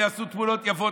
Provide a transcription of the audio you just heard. ויעשו תמונות יפות,